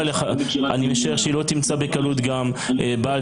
אני משער שהיא לא תמצא בקלות גם בעל